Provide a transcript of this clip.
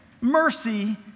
mercy